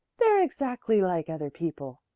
they're exactly like other people,